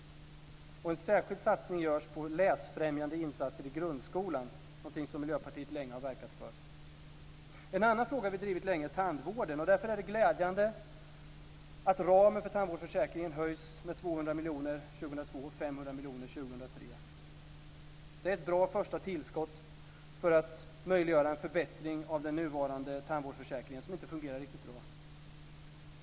Och en särskild satsning görs på läsfrämjande insatser i grundskolan, vilket är något som Miljöpartiet länge har verkat för. En annan fråga som vi länge drivit är tandvården. Därför är det glädjande att ramen för tandvårdsförsäkringen höjs med 200 miljoner kronor 2002 och 500 miljoner kronor 2003. Det är ett bra första tillskott för att möjliggöra en förbättring av den nuvarande tandvårdsförsäkringen som inte fungerar riktigt bra.